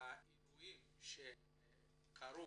האירועים שקרו